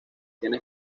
tiene